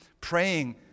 praying